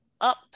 up